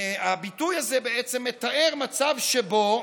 בעצם מתאר מצב שבו